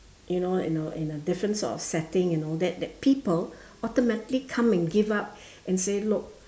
you know you know in a in a different sort of setting and all that that people automatically come and give up and say look